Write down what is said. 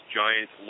giant